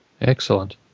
Excellent